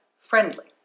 friendly